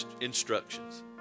instructions